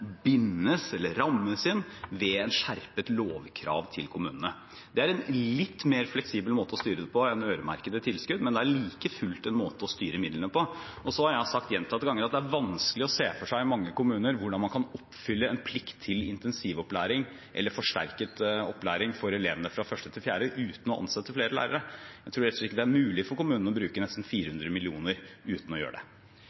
bindes, eller rammes inn, ved et skjerpet lovkrav til kommunene. Det er en litt mer fleksibel måte å styre på enn ved øremerkede tilskudd, men det er like fullt en måte å styre midlene på. Så har jeg sagt gjentatte ganger at det er vanskelig å se for seg i mange kommuner hvordan man kan oppfylle en plikt til intensivopplæring eller forsterket opplæring for elevene i 1.–4. klasse uten å ansette flere lærere. Jeg tror rett og slett ikke det er mulig for kommunene å bruke nesten